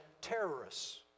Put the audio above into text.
terrorists